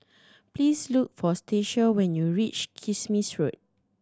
please look for Stacia when you reach Kismis Road